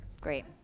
Great